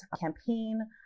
campaign